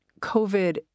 COVID